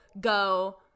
go